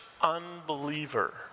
unbeliever